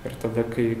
ir tada kai